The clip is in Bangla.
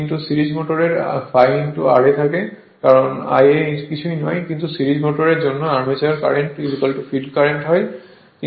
কিন্তু সিরিজের মোটরে ∅ Ia থাকে কারণ Ia কিছুই নয় কিন্তু সিরিজের মোটরে আর্মেচার কারেন্ট ফিল্ড কারেন্ট হবে